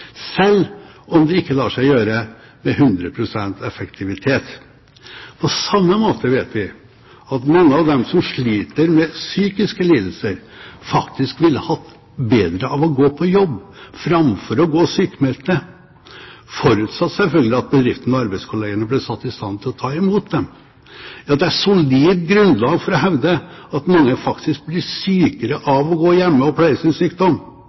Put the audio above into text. selv om det ikke lar seg gjøre med 100 pst. effektivitet. På samme måte vet vi at mange av dem som sliter med psykiske lidelser, faktisk ville hatt bedre av å gå på jobb framfor å gå sykmeldt, forutsatt selvfølgelig at bedriften og arbeidskollegene ble satt i stand til å ta imot dem. Det er solid grunnlag for å hevde at mange faktisk blir sykere av å gå hjemme og pleie sin sykdom.